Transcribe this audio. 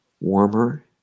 warmer